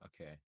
okay